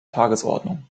tagesordnung